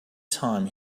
time